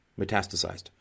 metastasized